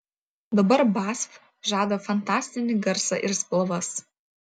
dabar basf žada fantastinį garsą ir spalvas